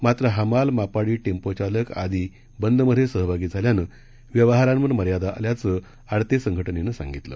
मात्र हमाल मापाडी टेम्पोचालक आदी बंदमध्ये सहभागी झाल्यानं व्यवहारांवर मर्यादा आल्याचं आडते संघटनेनं सांगितलं